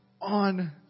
on